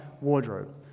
wardrobe